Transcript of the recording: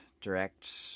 Direct